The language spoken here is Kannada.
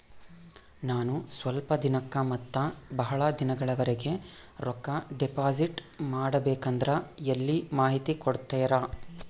ನಾನು ಸ್ವಲ್ಪ ದಿನಕ್ಕ ಮತ್ತ ಬಹಳ ದಿನಗಳವರೆಗೆ ರೊಕ್ಕ ಡಿಪಾಸಿಟ್ ಮಾಡಬೇಕಂದ್ರ ಎಲ್ಲಿ ಮಾಹಿತಿ ಕೊಡ್ತೇರಾ?